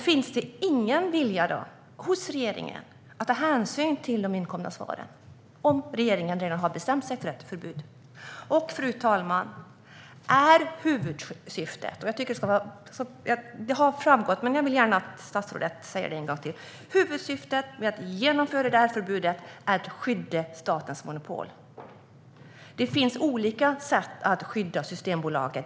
Finns det ingen vilja hos regeringen att ta hänsyn till de inkomna svaren? Regeringen har ju redan bestämt sig för ett förbud. Fru talman! Huvudsyftet har framgått, men jag vill gärna att statsrådet säger det en gång till. Huvudsyftet med att genomföra det här förbudet är att skydda statens monopol. Det finns olika sätt att skydda Systembolaget.